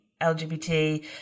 LGBT